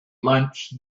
lunch